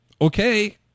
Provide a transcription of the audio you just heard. Okay